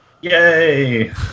Yay